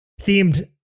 themed